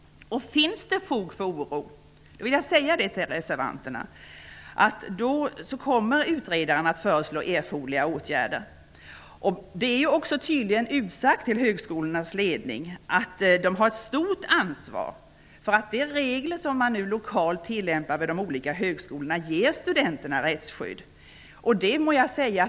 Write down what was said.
Om det finns fog för oro -- det vill jag säga till reservanterna -- kommer utredaren att föreslå erforderliga åtgärder. Tydligen är det också uttalat till högskolornas ledning att de har ett stort ansvar för att de regler som lokalt tillämpas vid de olika högskolorna ger studenterna rättsskydd.